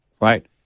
Right